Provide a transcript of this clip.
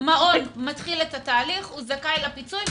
שמעון מתחיל את התהליך הוא זכאי לפיצוי,